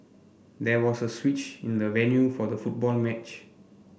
there was a switch in the venue for the football match